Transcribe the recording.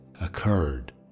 occurred